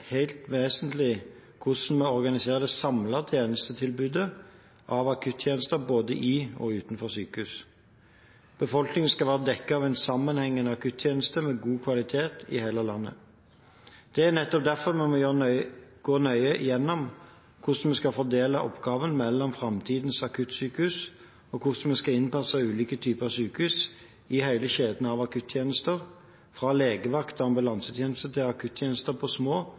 helt vesentlig hvordan vi organiserer det samlede tjenestetilbudet av akuttjenester både i og utenfor sykehus. Befolkningen skal være dekket av en sammenhengende akuttjeneste med god kvalitet i hele landet. Det er nettopp derfor vi må gå nøye gjennom hvordan vi skal fordele oppgavene mellom framtidens akuttsykehus, og hvordan vi skal innpasse ulike typer sykehus i hele kjeden av akuttjenester – fra legevakt og ambulansetjenester til akuttjenester på små